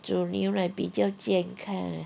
煮牛奶比较健康